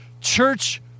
church